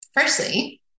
Firstly